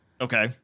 okay